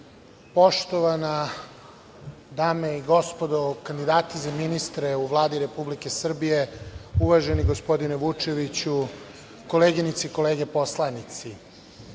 Kovač. Poštovane dame i gospodo, kandidati za ministre u Vladi Republike Srbije, uvaženi gospodine Vučeviću, koleginice i kolege poslanici,